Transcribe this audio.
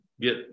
get